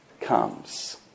comes